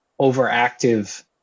overactive